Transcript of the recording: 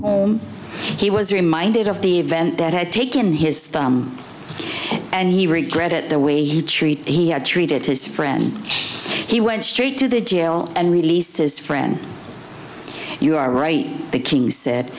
home he was reminded of the event that had taken his thumb and he regretted it the way you treat he treated his friend he went straight to the jail and released his friend you are rape the king said